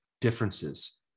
differences